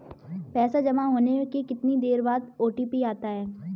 पैसा जमा होने के कितनी देर बाद ओ.टी.पी आता है?